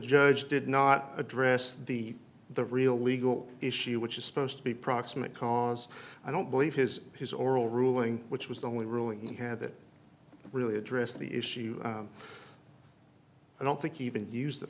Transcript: judge did not address the the real legal issue which is supposed to be proximate cause i don't believe his his oral ruling which was the only really he had that really addressed the issue i don't think even use the